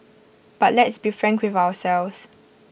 but let's be frank with ourselves